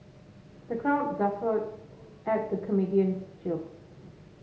the crowd guffawed at the comedian's jokes